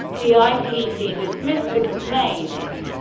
the itc dismissed the complaints.